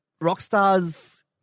Rockstar's